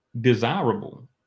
desirable